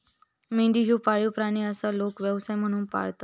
मेंढी ह्यो पाळीव प्राणी आसा, लोक व्यवसाय म्हणून पाळतत